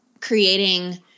creating